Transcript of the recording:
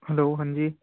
hello ہاں جی